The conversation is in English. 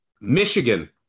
Michigan